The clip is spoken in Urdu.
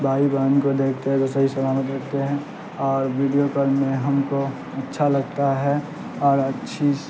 بھائی بہن کو دیکھتے ہیں تو صحیح سلامت دیکھتے ہیں اور ویڈیو کال میں ہم کو اچھا لگتا ہے اور اچھی